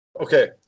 Okay